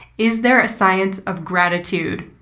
is there a science of gratitude?